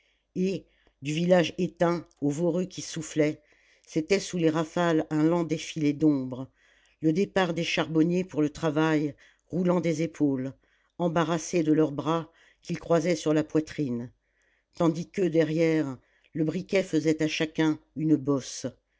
et du village éteint au voreux qui soufflait c'était sous les rafales un lent défilé d'ombres le départ des charbonniers pour le travail roulant des épaules embarrassés de leurs bras qu'ils croisaient sur la poitrine tandis que derrière le briquet faisait à chacun une bosse